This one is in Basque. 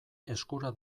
eskura